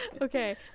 okay